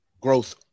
Growth